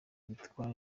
witwa